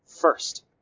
first